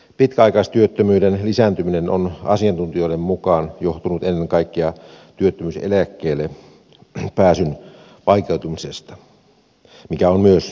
pitkäaikaistyöttömyyden lisääntyminen on asiantuntijoiden mukaan johtunut ennen kaikkea työttömyyseläkkeelle pääsyn vaikeutumisesta mikä on myös valitettavaa